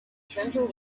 central